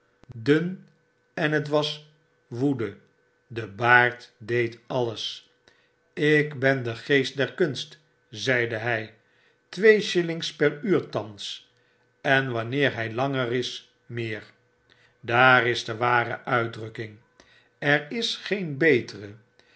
dun en het was woede de baard deed alles ik ben de geest derkunst zeihy twee shillings per uur thans en wanneer hfl langer is meer daar is de ware uitdrukking er is geen betere